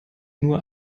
nur